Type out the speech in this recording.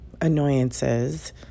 annoyances